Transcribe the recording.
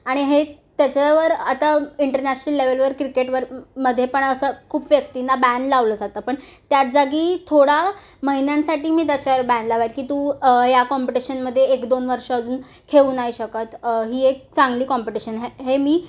आणि हे त्याच्यावर आता इंटरनॅशनल लेवलवर क्रिकेटवर मध्ये पण असं खूप व्यक्तींना बॅन लावलं जातं पण त्याच जागी थोडा महिन्यांसाठी मी त्याच्यावर बॅन लावेल की तू या कॉम्पिटिशनमध्ये एक दोन वर्ष अजून खेळू नाही शकत ही एक चांगली कॉम्पिटिशन हे मी